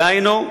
דהיינו,